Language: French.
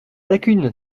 lacune